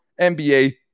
NBA